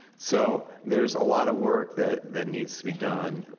so there's a lot of work that that needs to be done.